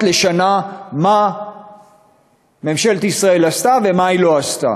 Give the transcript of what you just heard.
לשנה מה ממשלת ישראל עשתה ומה היא לא עשתה.